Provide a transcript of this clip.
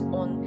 on